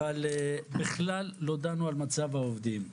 אבל בכלל לא דנו על מצב העובדים.